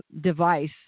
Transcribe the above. device